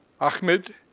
Ahmed